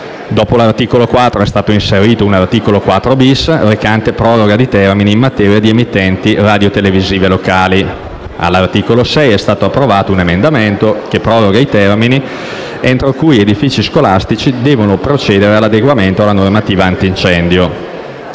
Dopo l'articolo 4 è stato inserito un articolo 4-*bis*, recante proroga di termini in materia di emittenti radiotelevisive locali. All'articolo 6 è stato approvato, in particolare, un emendamento che proroga i termini entro cui gli edifici scolastici devono procedere all'adeguamento alla normativa antincendio.